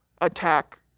attack